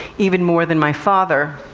even more than my father.